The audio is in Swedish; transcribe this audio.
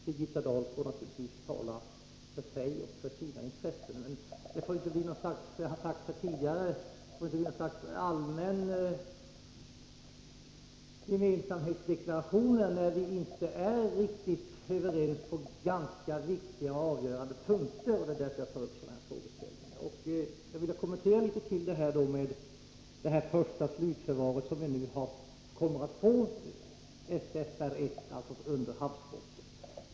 Birgitta Dahl får naturligtvis tala för sig och sina intressen. Det får inte — det har sagts här tidigare — bli något slags allmän gemensamhetsdeklaration, när vi inte är riktigt överens på viktiga och avgörande punkter. Jag vill något ytterligare kommentera frågan om den första slutförvaring som vi kommer att få, SFR 1, förvaring under havsbotten.